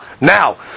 Now